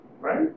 Right